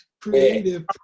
creative